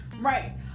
Right